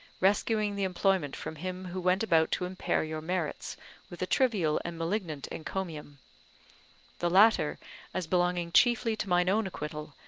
rescuing the employment from him who went about to impair your merits with a trivial and malignant encomium the latter as belonging chiefly to mine own acquittal,